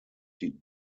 die